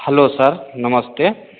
hello sir नमस्ते